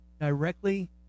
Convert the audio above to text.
directly